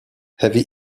heavy